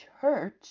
church